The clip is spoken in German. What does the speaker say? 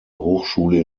hochschule